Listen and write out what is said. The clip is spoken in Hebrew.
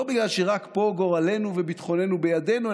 לא בגלל שרק פה גורלנו וביטחוננו בידינו,